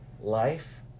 life